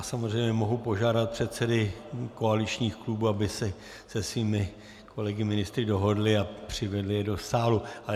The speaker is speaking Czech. Samozřejmě mohu požádat předsedy koaličních klubů, aby se se svými kolegy ministry dohodli a přivedli je do sálu.